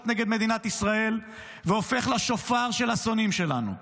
נגד מדינת ישראל והופך לשופר של השונאים שלנו.